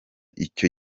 icyo